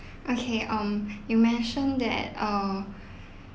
okay um you mention that err